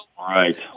right